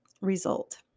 result